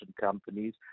companies